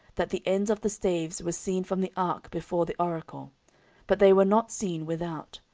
that the ends of the staves were seen from the ark before the oracle but they were not seen without.